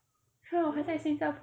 还在新加坡